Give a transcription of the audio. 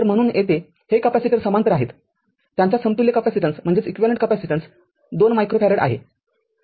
तरम्हणून येथे हे कॅपेसिटर समांतर आहेत त्यांचा समतुल्य कॅपेसिटन्स २ मायक्रोफॅरेड आहे